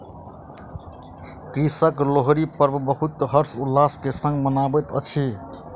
कृषक लोहरी पर्व बहुत हर्ष उल्लास संग मनबैत अछि